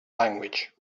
language